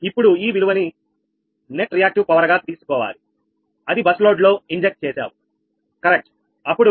ఇప్పుడు విలువను net reactive power గా తీసుకోవాలి అది బస్సు లోడ్ లో ఇంజెక్ట్ చేశావు కరెక్ట్ అప్పుడు Q2 Q21 −1